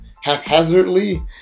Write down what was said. haphazardly